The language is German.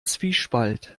zwiespalt